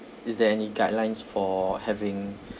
is there any guidelines for having